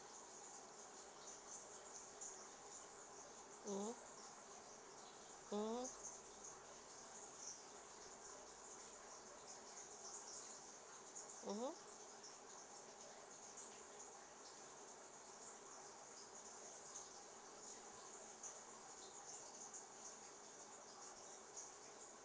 mmhmm mmhmm mmhmm